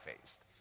faced